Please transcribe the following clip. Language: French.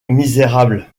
misérable